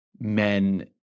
men